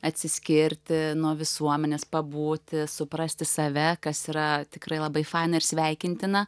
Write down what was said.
atsiskirti nuo visuomenės pabūti suprasti save kas yra tikrai labai faina ir sveikintina